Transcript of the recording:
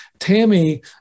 Tammy